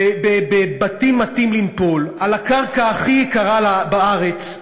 בבתים מטים לנפול, על הקרקע הכי יקרה בארץ,